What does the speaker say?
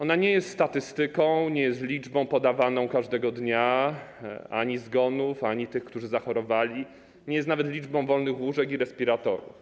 Ona nie jest statystyką, nie jest liczbą podawaną każdego dnia - ani zgonów, ani tych, którzy zachorowali, nie jest nawet liczbą wolnych łóżek i respiratorów.